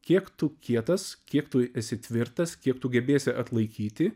kiek tu kietas kiek tu esi tvirtas kiek tu gebėsi atlaikyti